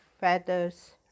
feathers